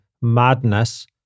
Madness